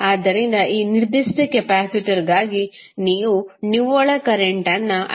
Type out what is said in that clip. ಆದ್ದರಿಂದ ಈ ನಿರ್ದಿಷ್ಟ ಕೆಪಾಸಿಟರ್ಗಾಗಿ ನೀವು ನಿವ್ವಳ ಕರೆಂಟ್ ಅನ್ನು I1 I2 ಆಗಿ ಹೊಂದಿರುತ್ತೀರಿ